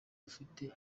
ufite